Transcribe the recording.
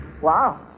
Wow